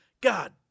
God